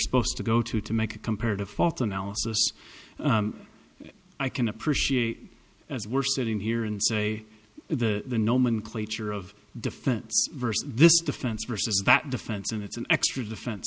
supposed to go to to make a comparative fault analysis i can appreciate as we're sitting here and say the nomenclature of defense versus this defense versus that defense and it's an extra defense